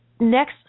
Next